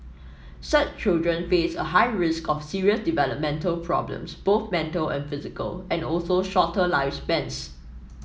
such children face a high risk of serious developmental problems both mental and physical and also shorter lifespans